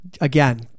Again